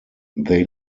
they